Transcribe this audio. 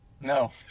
No